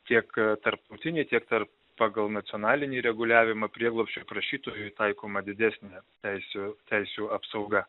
tiek tarptautinį tiek tar pagal nacionalinį reguliavimą prieglobsčio prašytojui taikoma didesnė teisių teisių apsauga